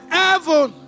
heaven